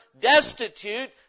destitute